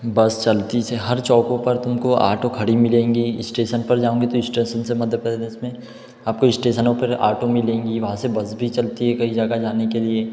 बस चलती से हर चौक पर तुम को आटो खड़ा मिलेगा इस्टेसन पर जाओगे तो इस्टेसन से मध्य प्रदेश में आपको स्टेशनों पर आटो मिलेगा वहाँ से बस भी चलती है कई जगह जाने के लिए